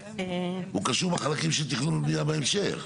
הוא קשור בחלקים של תכנון ובנייה בהמשך.